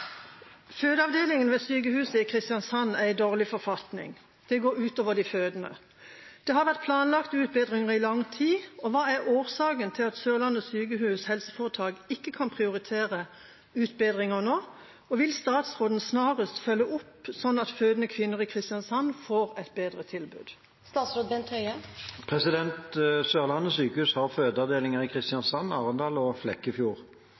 de fødende. Det har vært planlagt utbedringer i lang tid. Hva er årsaken til at Sørlandet sykehus HF ikke kan prioritere utbedringer nå, og vil statsråden snarest sørge for at fødende kvinner i Kristiansand får et bedre tilbud?» Sørlandet sykehus har fødeavdelinger i Kristiansand, Arendal og Flekkefjord.